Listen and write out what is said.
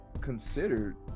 considered